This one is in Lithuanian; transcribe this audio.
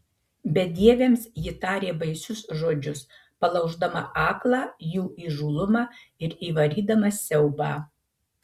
bedieviams ji tarė baisius žodžius palauždama aklą jų įžūlumą ir įvarydama siaubą